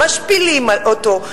משפילים אותו,